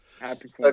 Happy